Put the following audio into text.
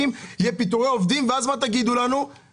מה תגידו לנו כשיהיו פיטורי עובדים?